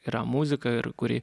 yra muzika ir kuri